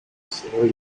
sri